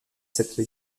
cette